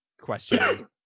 question